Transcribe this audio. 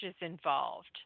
involved